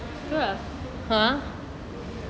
ya !huh!